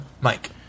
Mike